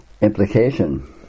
implication